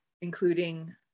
including